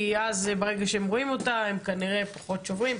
כי אז ברגע שהם רואים אותה הם כנראה פחות שוברים,